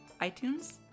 iTunes